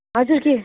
हजुरले